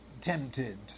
tempted